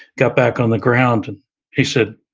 got back on the ground and he said,